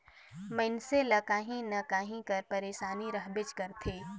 मइनसे ल काहीं न काहीं कर पइरसानी रहबेच करथे